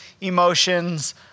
emotions